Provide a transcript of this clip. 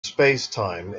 spacetime